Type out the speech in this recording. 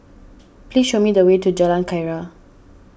please show me the way to Jalan Keria